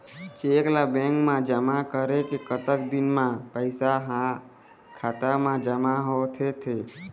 Cheque ला bank मा जमा करे के कतक दिन मा पैसा हा खाता मा जमा होथे थे?